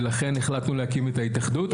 ולכן החלטנו להקים את ההתאחדות.